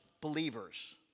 believers